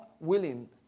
Willing